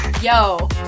Yo